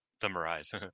summarize